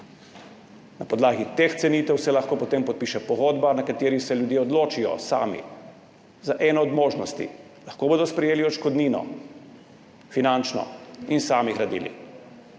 Na podlagi teh cenitev se lahko potem podpiše pogodba, na kateri se ljudje odločijo, sami, za eno od možnosti, lahko bodo sprejeli finančno odškodnino in sami gradili,